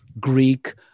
Greek